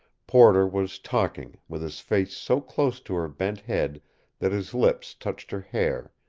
porter was talking, with his face so close to her bent head that his lips touched her hair,